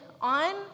on